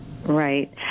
Right